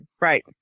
Right